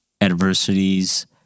adversities